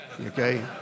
okay